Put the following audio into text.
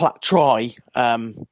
try